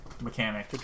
mechanic